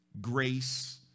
Grace